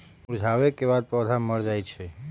मुरझावे के बाद पौधा मर जाई छई